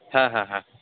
হ্যাঁ হ্যাঁ হ্যাঁ